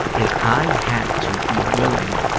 is i had to be willing